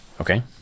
Okay